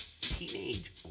Teenage